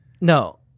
No